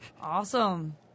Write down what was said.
Awesome